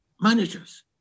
managers